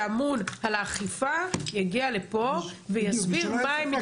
שאמון על האכיפה יגיע לפה ויסביר מה הם מתכוונים לעשות.